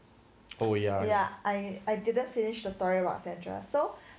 oh ya ya